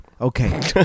Okay